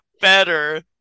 better